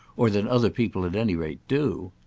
or than other people, at any rate, do.